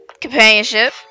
Companionship